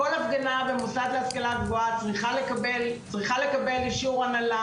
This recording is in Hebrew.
כל הפגנה במוסד להשכלה גבוהה צריכה לקבל אישור הנהלה.